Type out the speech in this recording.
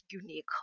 unique